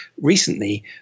recently